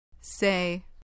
Say